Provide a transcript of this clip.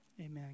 Amen